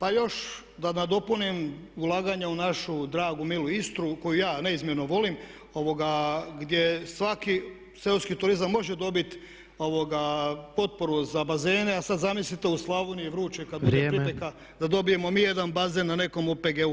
A još da nadopunim, ulaganja u našu dragu, milu Istru koju ja neizmjerno volim gdje svaki seoski turizam može dobiti potporu za bazene, a sad zamislite u Slavoniji vrućoj kad bude pripeka da dobijemo mi jedan bazen na nekom OPG-u.